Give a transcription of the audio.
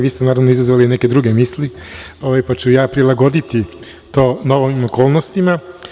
Vi ste, naravno, izazvali i neke druge misli, pa ću prilagoditi to novim okolnostima.